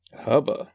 Hubba